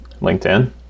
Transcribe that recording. LinkedIn